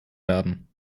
werden